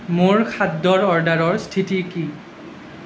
মোৰ খাদ্যৰ অৰ্ডাৰৰ স্থিতি কি